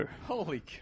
Holy